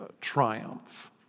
triumph